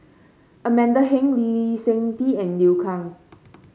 Amanda Heng Lee Seng Tee and Liu Kang